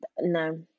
no